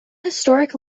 historic